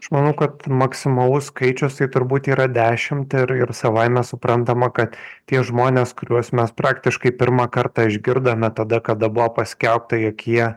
aš manau kad maksimalus skaičius tai turbūt yra dešimt ir ir savaime suprantama kad tie žmonės kuriuos mes praktiškai pirmą kartą išgirdome tada kada buvo paskelbta jokie